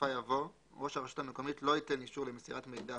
בסופה יבוא "ראש הרשות המקומית לא ייתן אישור למסירת מידע,